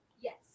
Yes